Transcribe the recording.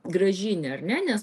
grąžinę ar ne nes